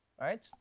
right